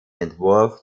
entwurf